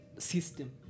system